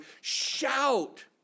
Shout